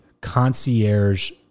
concierge